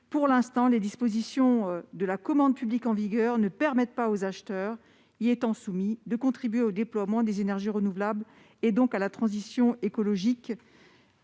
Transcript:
pour l'instant, les dispositions de la commande publique en vigueur ne permettent pas aux acheteurs, il est temps, soumis de contribuer au déploiement des énergies renouvelables et donc à la transition écologique,